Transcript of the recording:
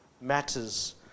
matters